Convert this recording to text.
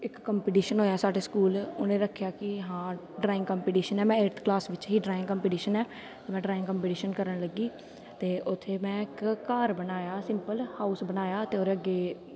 इक कंपिटिशन होएआ साढ़े स्कूल उनें रक्खेआ कि हां ड्राईंग कंपिटीशन ऐ में एड़थ क्लास बिच्च ही ड्रार्ईंग कंपिटिशन ऐ में ड्राईंग कंपिटिशन करन लग्गी ते उत्थें में इक घर बनाया सिंपल हाउस बनाया ते ओह्दे अग्गें